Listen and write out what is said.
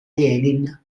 lenin